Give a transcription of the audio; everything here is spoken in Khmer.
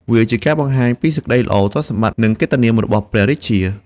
វាជាការបង្ហាញពីសេចក្តីល្អ ទ្រព្យសម្បត្តិ និងកិត្តិនាមរបស់ព្រះរាជា។